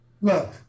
Look